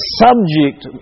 subject